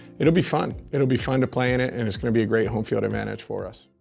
it'll be fun, it'll be fun to play in it and it's gonna be a great home field advantage for us.